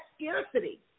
scarcity